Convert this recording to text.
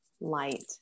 light